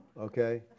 okay